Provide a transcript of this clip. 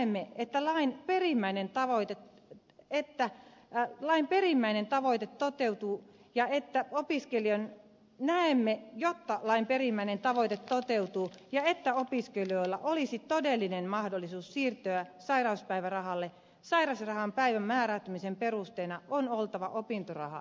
me että lain perimmäinen tavoite että jää näistä edellä mainituista syistä näemme että jotta lain perimmäinen tavoite toteutuu ja jotta opiskelijoilla olisi todellinen mahdollisuus siirtyä sairauspäivärahalle sairauspäivärahan määräytymisen perusteena on oltava opintoraha ja työtulot